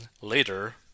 later